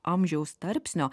amžiaus tarpsnio